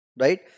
right